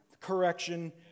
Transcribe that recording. correction